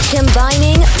Combining